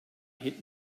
hit